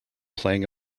playing